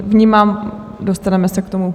Vnímám, dostaneme se k tomu.